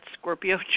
Scorpio